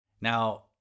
Now